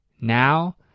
Now